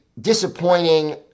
disappointing